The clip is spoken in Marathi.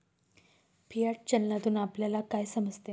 फियाट चलनातून आपल्याला काय समजते?